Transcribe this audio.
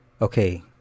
Okay